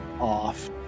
off